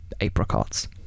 apricots